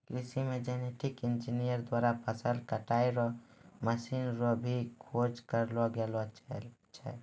कृषि मे genetic engineer द्वारा फसल कटाई रो मशीन रो भी खोज करलो गेलो छै